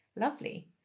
lovely